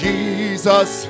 Jesus